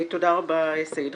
תודה רבה, סעיד.